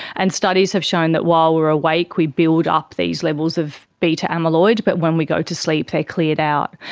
and studies of shown that while we are awake we build up these levels of beta amyloid, but when we go to sleep they are cleared out.